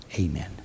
Amen